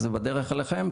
זה בדרך אליכם,